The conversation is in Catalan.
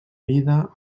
vida